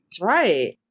right